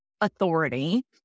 authority